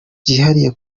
byihariye